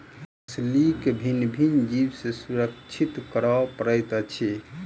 फसील के भिन्न भिन्न जीव सॅ सुरक्षित करअ पड़ैत अछि